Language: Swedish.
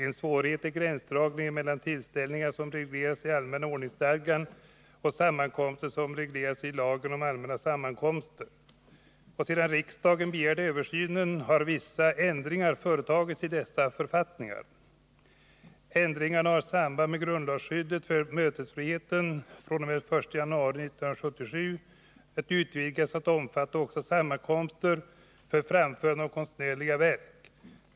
En svårighet är gränsdragningen mellan tillställningar som regleras i allmänna ordningsstadgan och sammankomster som regleras i lagen om allmänna sammankomster. Sedan riksdagen begärde översynen har vissa ändringar företagits i dessa författningar. Ändringarna har samband med att grundlagsskyddet för mötesfriheten fr.o.m. den 1 januari 1977 utvidgades till'att omfatta också sammankomster för framförande av konstnärliga verk.